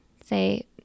Say